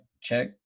check